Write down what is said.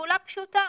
בפעולה פשוטה,